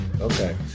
Okay